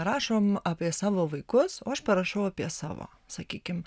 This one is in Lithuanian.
rašom apie savo vaikus o aš parašau apie savo sakykim